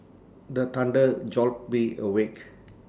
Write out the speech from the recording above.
the thunder jolt me awake